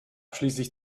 schließlich